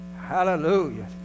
Hallelujah